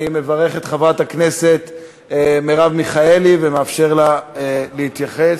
אני מברך את חברת הכנסת מרב מיכאלי ומאפשר לה להתייחס.